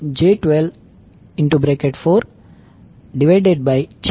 84 અને Z2j12||4j124j1243